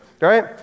right